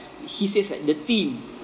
he says like the team